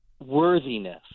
worthiness